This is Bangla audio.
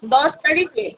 দশ তারিখে